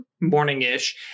morning-ish